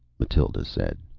mathild said.